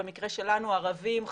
במקרה שלנו ערבים,